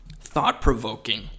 thought-provoking